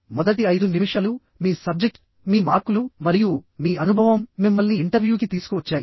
మొదటి ఐదు నిమిషాలు మీ సబ్జెక్ట్ మీ మార్కులు మరియు మీ అనుభవం మిమ్మల్ని ఇంటర్వ్యూకి తీసుకువచ్చాయి